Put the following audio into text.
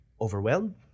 overwhelmed